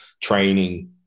training